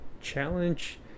Challenge